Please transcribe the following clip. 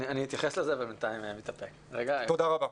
תודה רבה.